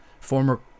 Former